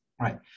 right